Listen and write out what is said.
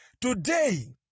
Today